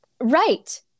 Right